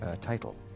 title